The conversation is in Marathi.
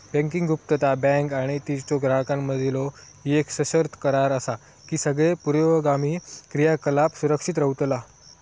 बँकिंग गुप्तता, बँक आणि तिच्यो ग्राहकांमधीलो येक सशर्त करार असा की सगळे पूर्वगामी क्रियाकलाप सुरक्षित रव्हतला